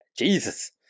Jesus